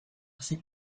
cette